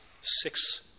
six